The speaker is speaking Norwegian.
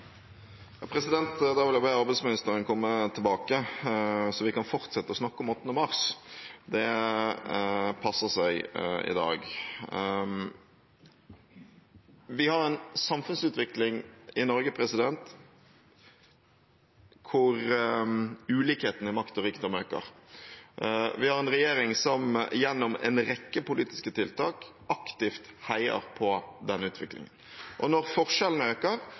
vi kan fortsette å snakke om 8. mars. Det passer seg i dag. Vi har en samfunnsutvikling i Norge hvor ulikheten i makt og rikdom øker. Vi har en regjering som gjennom en rekke politiske tiltak aktivt heier på denne utviklingen. Når forskjellene øker,